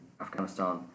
Afghanistan